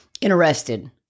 interested